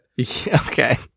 Okay